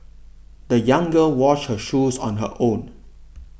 the young girl washed her shoes on her own